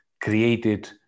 created